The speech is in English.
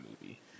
movie